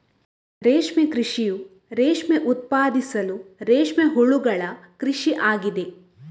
ರೇಷ್ಮೆ ಕೃಷಿಯು ರೇಷ್ಮೆ ಉತ್ಪಾದಿಸಲು ರೇಷ್ಮೆ ಹುಳುಗಳ ಕೃಷಿ ಆಗಿದೆ